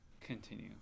continue